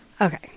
okay